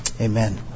Amen